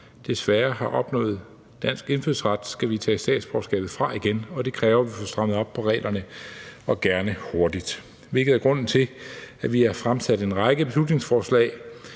desværre har opnået dansk indfødsret, skal vi tage statsborgerskabet fra igen, og det kræver, at vi får strammet op på reglerne – og gerne hurtigt – hvilket er grunden til, at vi har fremsat en række beslutningsforslag,